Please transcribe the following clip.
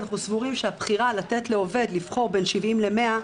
אנחנו סבורים שהבחירה לתת לעובד לבחור בין 70 ל-100,